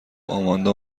آماندا